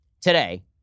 today